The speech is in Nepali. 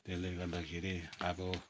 त्यसले गर्दाखेरि अब